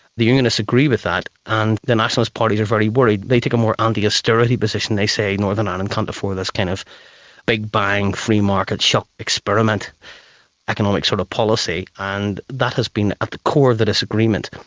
the unionists agree with that and the nationalist parties are very worried. they take a more anti-austerity position, they say northern ireland can't afford this kind of big-bang free-market shock experiment economic sort of policy, and that has been at the core of the disagreement.